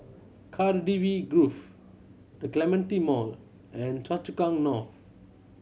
Cardifi Grove The Clementi Mall and Choa Chu Kang North